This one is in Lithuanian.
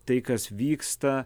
tai kas vyksta